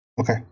okay